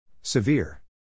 Severe